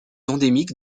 endémique